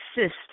assist